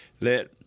let